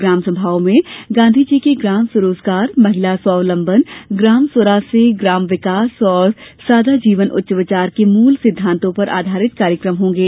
ग्राम सभाओं में गाँधी जी के ग्राम स्वरोजगार महिला स्वावलम्बन ग्राम स्वराज से ग्राम्य विकास तथा सादा जीवन उच्च विचार के मूल सिद्धांतों पर आधारित कार्यक्रम होंगे